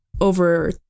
over